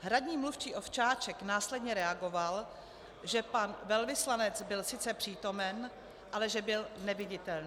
Hradní mluvčí Ovčáček následně reagoval, že pan velvyslanec byl sice přítomen, ale že byl neviditelný.